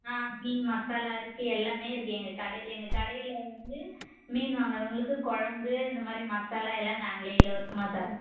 ஆ மீன் மசாலா இருக்கு எல்லாமே இருக்கு எங்கள் கடை எங்கள் கடையில் வந்து மீன் வாங்கறவங்களுக்கு குழம்பு இந்த மாதிரி மசாலா எல்லாம் நாங்களே இலவசமாக தரோம்